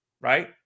right